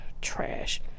Trash